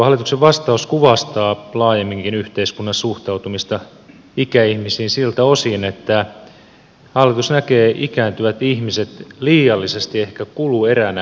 tuo hallituksen vastaus kuvastaa laajemminkin yhteiskunnan suhtautumista ikäihmisiin siltä osin että hallitus näkee ikääntyvät ihmiset liiallisesti ehkä kulueränä yhteiskunnalle